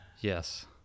Yes